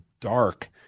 dark